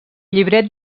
llibret